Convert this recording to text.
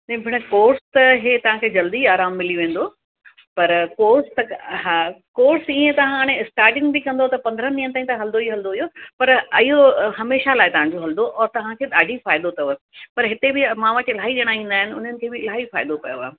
न भेण कोर्स त हे तव्हांखे जल्दी आरामु मिली वेंदो पर कोर्स त हा कोर्स ईअं त हाणे स्टार्टिंग बि कंदव त पंद्रहनि ॾींहनि तईं त हलंदो हीअ हलंदो इहो पर अयो हमेशह लाइ तव्हांजो हलंदो और तव्हांखे ॾाढी फ़ाइदो अथव पर हिते बि मां वटि इलाही ॼणा ईंदा आहिनि उन्हनि खे बि इलाही फ़ाइदो पियो आहे